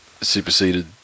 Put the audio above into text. superseded